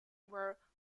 were